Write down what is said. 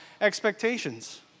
expectations